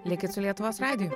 likit su lietuvos radiju